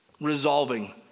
resolving